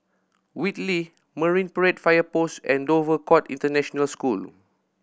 Whitley Marine Parade Fire Post and Dover Court International School